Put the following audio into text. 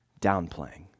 Downplaying